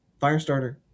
Firestarter